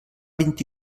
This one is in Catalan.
vint